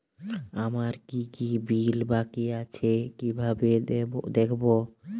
আমার কি কি বিল বাকী আছে কিভাবে দেখবো?